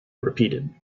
repeated